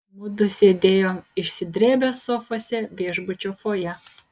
mudu sėdėjom išsidrėbę sofose viešbučio fojė